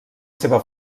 seva